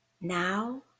now